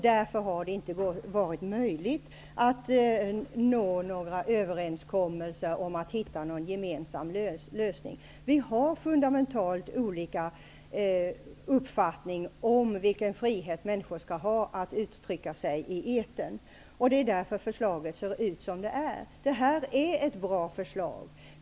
Därför har det inte varit möjligt att nå några överenskommelser och att hitta en gemensam lösning. Vi har fundamentalt olika uppfattning om vilken frihet människor skall ha att uttrycka sig i etern. Det är därför förslaget ser ut som det gör. Detta är ett bra förslag.